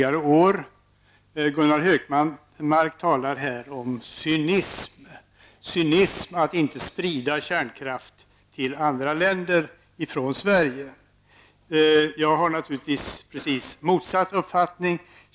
Gunnar Hökmark säger här att det är cynism att inte sprida kärnkraft från Sverige till andra länder. Jag har naturligtvis precis motsatt uppfattning.